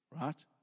Right